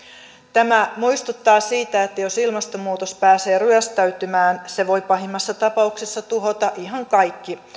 tämä muistuttaa siitä että jos ilmastonmuutos pääsee ryöstäytymään se voi pahimmassa tapauksessa tuhota ihan kaikki